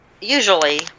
usually